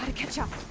catch up!